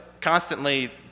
constantly